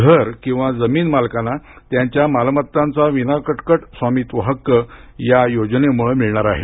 घर किंवा जमीन मालकांना त्यांच्या मालमत्तांचा विना कटकट स्वामित्व हक्क या योजनेमुळ मिळणार आहे